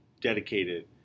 dedicated